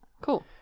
Cool